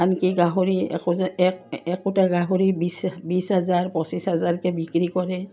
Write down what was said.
আনকি গাহৰি একো এক একোটা গাহৰি বিছ বিছ হাজাৰ পঁচিছ হাজাৰকৈ বিক্ৰী কৰে